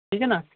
ٹھیک ہے نا